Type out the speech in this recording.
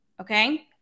Okay